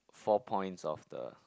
four points of the